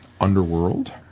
Underworld